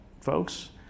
folks